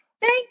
Thank